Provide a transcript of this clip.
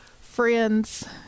friends